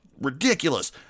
ridiculous